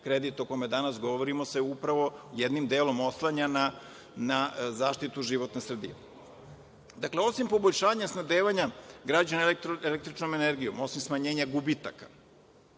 kredit o kome danas govorimo se upravo jednim delom oslanja na zaštitu životne sredine. Dakle, osim poboljšanja snabdevanja građana električnom energijom, osim smanjenja gubitaka